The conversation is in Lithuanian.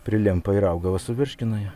prilimpa ir augalas suvirškina ją